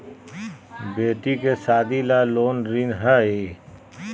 बेटी के सादी ला कोई ऋण हई?